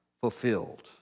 fulfilled